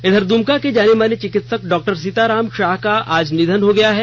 इधर दुमका के जानेमाने चिकित्संक डाक्टर सीतारामच साह का आज निधन हो गया है